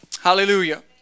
Hallelujah